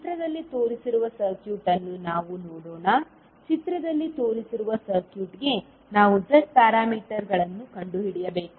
ಚಿತ್ರದಲ್ಲಿ ತೋರಿಸಿರುವ ಸರ್ಕ್ಯೂಟ್ ಅನ್ನು ನಾವು ನೋಡೋಣ ಚಿತ್ರದಲ್ಲಿ ತೋರಿಸಿರುವ ಸರ್ಕ್ಯೂಟ್ಗೆ ನಾವು Z ಪ್ಯಾರಾಮೀಟರ್ಗಳನ್ನು ಕಂಡುಹಿಡಿಯಬೇಕು